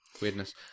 Weirdness